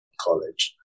college